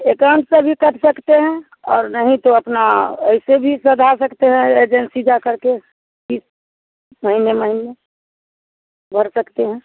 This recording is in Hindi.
एकाउंट से भी कट सकते हैं और नहीं तो अपना ऐसे भी सधा सकते हैं एजेंसी जा करके यह महीने ही भर सकते हैं